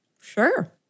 Sure